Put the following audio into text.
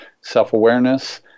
self-awareness